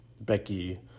Becky